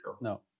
no